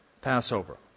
Passover